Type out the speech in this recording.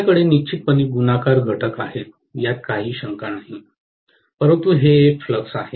माझ्याकडे निश्चितपणे गुणाकार घटक आहेत यात काही शंका नाही परंतु हे एक फ्लक्स आहे